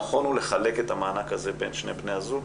הנכון הוא לחלק את המענק הזה בין שני בני הזוג,